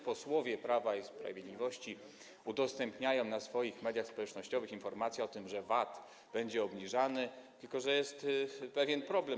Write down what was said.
Posłowie Prawa i Sprawiedliwości udostępniają na swoich kontach w mediach społecznościowych informacje o tym, że VAT będzie obniżany, tylko że jest pewien problem.